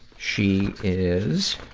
she is,